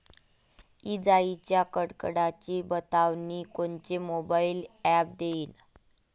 इजाइच्या कडकडाटाची बतावनी कोनचे मोबाईल ॲप देईन?